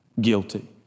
guilty